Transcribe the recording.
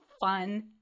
fun